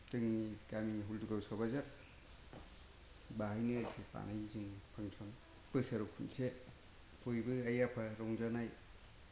जोंनि गामिनि हुल्तुगाव सबायझार बाहायनो बानायो जोङो फांसन बोसोराव खनसे बयबो आइ आफा रंजानाय